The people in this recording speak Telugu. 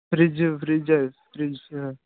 ఫ్రిడ్జ్ ఫ్రిడ్జ్ అది ఫ్రిడ్జ్